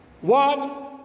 One